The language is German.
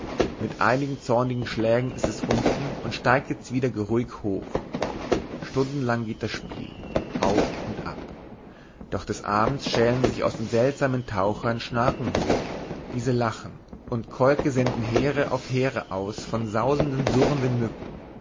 mit einigen zornigen schlägen ist es unten und steigt jetzt wieder geruhig hoch stundenlang geht das spiel auf und ab doch des abends schälen sich aus den seltsamen tauchern schnaken hoch diese lachen und kolke senden heere auf heere aus von sausenden surrenden mücken